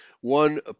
one